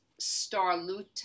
starluta